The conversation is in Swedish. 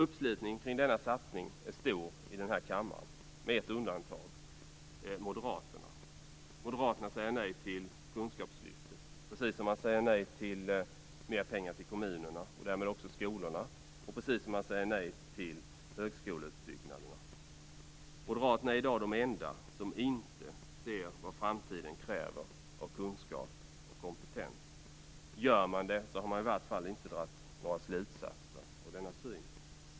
Uppslutningen kring denna satsning är stor här i kammaren, dock med ett undantag - nämligen för moderaterna. Moderaterna säger nej till kunskapslyftet, precis som man säger nej till mer pengar till kommunerna och därmed också skolorna och precis som man säger nej till högskoleutbyggnaderna. Moderaterna är i dag de enda som inte ser vad framtiden kräver av kunskap och kompetens. Gör man det har man i varje fall inte dragit några slutsatser av denna syn.